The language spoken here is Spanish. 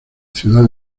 ciudad